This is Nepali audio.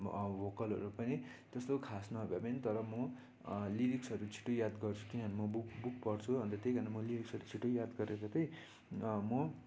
भोकलहरू पनि त्यस्तो खास नभए पनि तर म लिरिक्सहरू छिटो याद गर्छु किनभने म बुक बुक पढ्छु अन्त त्यही कारण म लिरिक्सहरू छिटो याद गरेर त्यही म